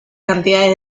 cantidades